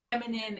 feminine